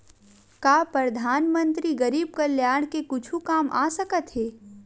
का परधानमंतरी गरीब कल्याण के कुछु काम आ सकत हे